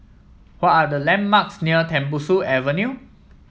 what are the landmarks near Tembusu Avenue